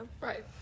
Right